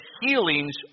healings